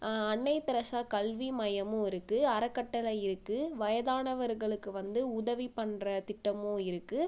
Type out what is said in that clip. அன்னை தெரஸா கல்வி மையமும் இருக்குது அறக்கட்டளை இருக்குது வயதானவர்களுக்கு வந்து உதவி பண்ணுற திட்டமும் இருக்குது